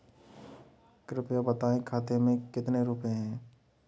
कृपया बताएं खाते में कितने रुपए हैं?